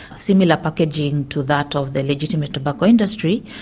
similar packaging to that of the legitimate tobacco industry.